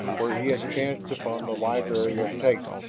where he had chanced upon the library of tapes,